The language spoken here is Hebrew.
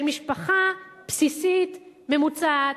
של משפחה בסיסית ממוצעת.